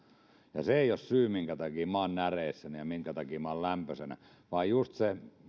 se ei ole syy minkä takia minä olen näreissäni ja minkä takia minä olen lämpöisenä vaan just se mistä